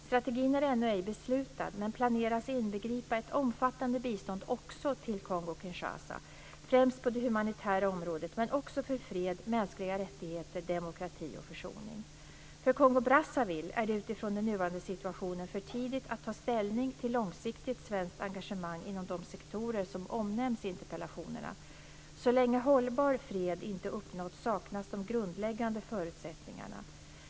Strategin är ännu ej beslutad, men planeras inbegripa ett omfattande bistånd också till Kongo-Kinshasa, främst på det humanitära området, men också för fred, mänskliga rättigheter, demokrati och försoning. För Kongo-Brazzaville är det utifrån den nuvarande situationen för tidigt att ta ställning till långsiktigt svenskt engagemang inom de sektorer som omnämns i interpellationerna. Så länge hållbar fred inte uppnåtts saknas de grundläggande förutsättningarna.